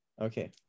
Okay